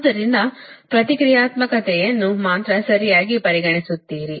ಆದ್ದರಿಂದ ಪ್ರತಿಕ್ರಿಯಾತ್ಮಕತೆಯನ್ನು ಮಾತ್ರ ಸರಿಯಾಗಿ ಪರಿಗಣಿಸುತ್ತೀರಿ